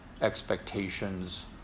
expectations